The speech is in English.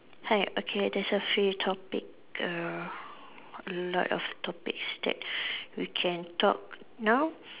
hi okay there's a few topic err a lot of topics that we can talk now